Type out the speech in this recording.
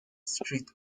street